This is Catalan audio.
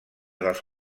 dels